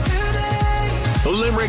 Today